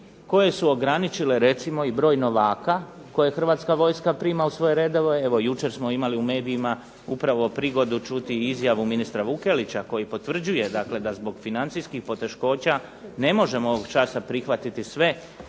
koje su ograničile recimo i broj novaka koje Hrvatska vojska prima u svoje redove. Evo jučer smo imali u medijima upravo prigodu čuti i izjavu ministra Vukelića koji potvrđuje, dakle da zbog financijskih poteškoća ne možemo ovog časa prihvatiti sve